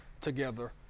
together